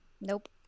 Nope